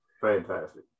fantastic